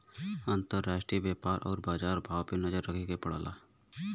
अंतराष्ट्रीय व्यापार आउर बाजार भाव पे नजर रखे के पड़ला